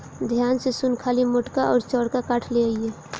ध्यान से सुन खाली मोटका अउर चौड़का काठ ले अइहे